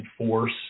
enforce